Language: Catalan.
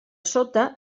sota